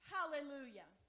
Hallelujah